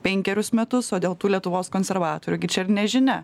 penkerius metus o dėl tų lietuvos konservatorių gi čia ir nežinia